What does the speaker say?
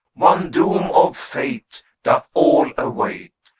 one doom of fate doth all await,